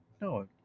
No